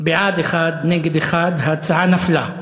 בעד, 1, נגד, 1. ההצעה נפלה.